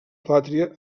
pàtria